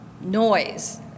noise